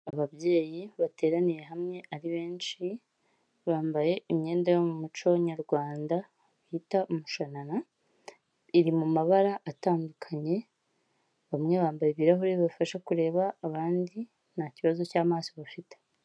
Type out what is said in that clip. Ababyeyi bateraniye hamwe ari benshi, bambaye imyenda yo mu muco nyarwanda bita umushanrana iri mu mabara atandukanye, bamwe bambaye ibirahuri bifasha kureba abandi nta kibazo cy'amaso bafite.